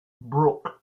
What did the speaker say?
brook